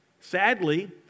Sadly